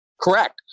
correct